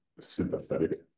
sympathetic